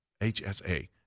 HSA